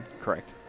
correct